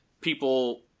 people